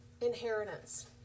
inheritance